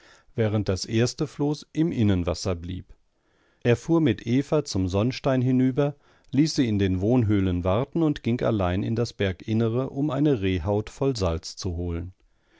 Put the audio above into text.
während das erste floß im innenwasser blieb er fuhr mit eva zum sonnstein hinüber ließ sie in den wohnhöhlen warten und ging allein in das berginnere um eine rehhaut voll salz zu holen